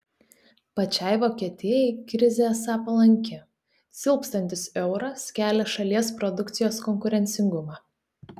pačiai vokietijai krizė esą palanki silpstantis euras kelia šalies produkcijos konkurencingumą